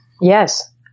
Yes